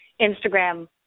Instagram